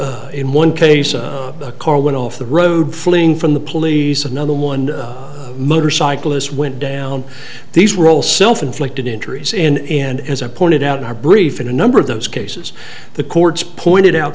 were in one case a car went off the road fleeing from the police another one motorcyclist went down these roll self inflicted injuries in and as i pointed out in our brief in a number of those cases the courts pointed out